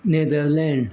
Netherlands